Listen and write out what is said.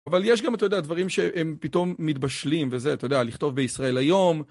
אבל יש גם, אתה יודע, דברים שהם פתאום מתבשלים, וזה, אתה יודע, לכתוב בישראל היום,